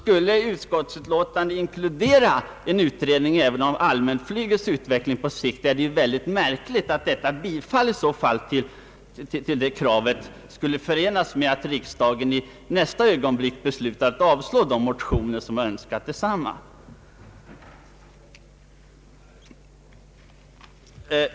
Skulle således utskottets hemställan inkludera en utredning även om allmänflygets utveckling på sikt är det märkligt om ett bifall till denna hemställan skulle förenas med att riksdagen i nästa ögonblick beslutar avslå de motioner, vari framställs önskemål om detsamma.